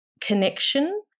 connection